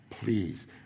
Please